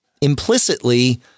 implicitly